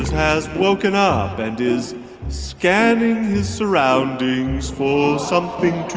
has woken up and is scanning his surroundings for something to